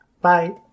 bye